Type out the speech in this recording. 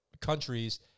countries